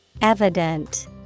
Evident